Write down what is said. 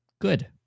good